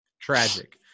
Tragic